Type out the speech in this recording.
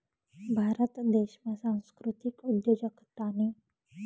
भारत देशमा सांस्कृतिक उद्योजकतानी